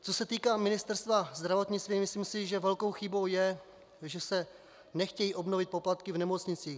Co se týká Ministerstva zdravotnictví, myslím si, že velkou chybou je, že se nechtějí obnovit poplatky v nemocnicích.